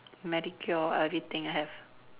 manicure everything have